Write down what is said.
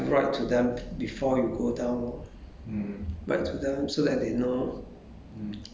but I don't know if they have space ah you want a space you probably have to write to them before you go down but to them so that they